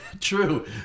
True